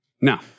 Now